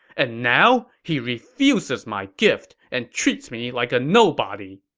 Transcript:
and now, he refuses my gift and treats me like a nobody.